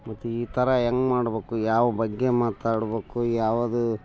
ಮತ್ತು ಈ ಥರ ಹೆಂಗ್ ಮಾಡ್ಬೇಕು ಯಾವ ಬಗ್ಗೆ ಮಾತಾಡ್ಬೇಕು ಯಾವುದು